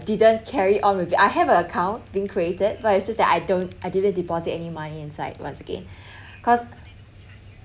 didn't carry on with it I have an account being created but it's just that I don't I didn't deposit any money inside once again cause